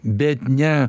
bet ne